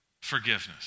forgiveness